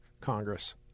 Congress